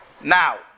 now